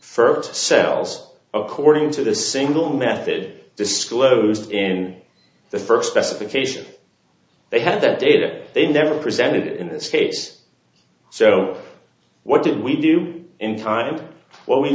for cells according to the single method disclosed in the first specification they had the data they never presented in this case so what did we do in time when we